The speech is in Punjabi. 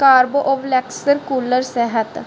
ਕਾਰਬੋਵਲੈਕਸਰ ਕੂਲਰ ਸਿਹਤ